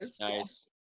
Nice